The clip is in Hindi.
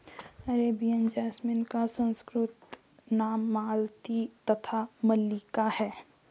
अरेबियन जैसमिन का संस्कृत नाम मालती तथा मल्लिका है